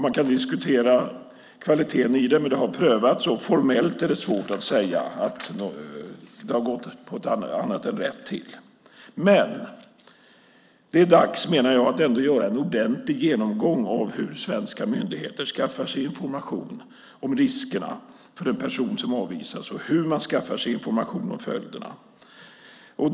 Man kan diskutera kvaliteten i det, men det har prövats. Formellt är det svårt att säga att det har gått annat än rätt till. Det är dags, menar jag, att ändå göra en ordentlig genomgång av hur svenska myndigheter skaffar sig information om riskerna för en person som avvisas och hur de skaffar sig information om följderna.